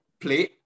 play